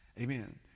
Amen